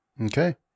Okay